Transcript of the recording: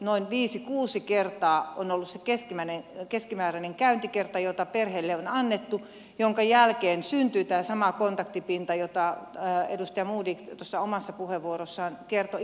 noin viisi kuusi kertaa on ollut se keskimääräinen käyntikertamäärä joka perheelle on annettu jonka jälkeen syntyy tämä sama kontaktipinta josta edustaja modig omassa puheenvuorossaan kertoi imatran osalta